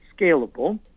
scalable